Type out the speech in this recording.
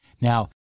Now